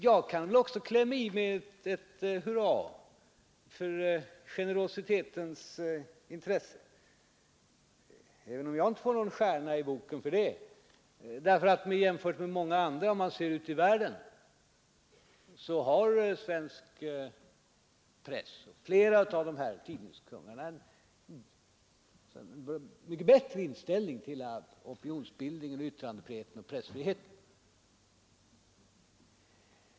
Jag kan också klämma i med ett hurra i generositetens intresse, även om jag inte får någon stjärna i boken för det, därför att jämfört med förhållandena på många håll ute i världen så har svensk press och flera av de här tidningskungarna en mycket bättre inställning till opinionsbildningen, yttrandefriheten och pressfriheten.